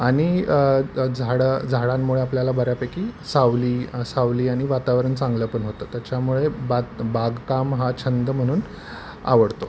आणि झाडं झाडांमुळे आपल्याला बऱ्यापैकी सावली सावली आणि वातावरण चांगलं पण होतं त्याच्यामुळे बात् बागकाम हा छंद म्हणून आवडतो